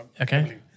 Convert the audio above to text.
Okay